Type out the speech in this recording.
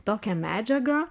tokią medžiagą